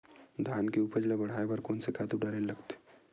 धान के उपज ल बढ़ाये बर कोन से खातु डारेल लगथे?